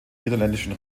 niederländischen